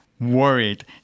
worried